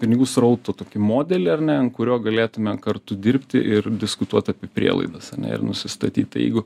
pinigų srauto tokį modelį ar ne ant kurio galėtume kartu dirbti ir diskutuot apie prielaidas ane ir nusistatyt jeigu